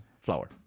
flower